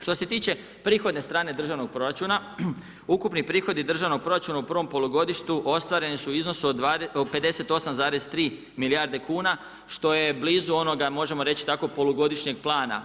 Što se tiče prihodne strane državnog proračuna ukupni prihodi državnog proračuna u prvom polugodištu ostvareni su u iznosu od 58,3 milijarde kuna što je blizu onoga možemo reći tako polugodišnjeg plana.